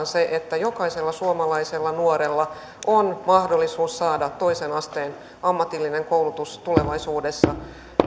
se että jokaisella suomalaisella nuorella on mahdollisuus saada toisen asteen ammatillinen koulutus tulevaisuudessa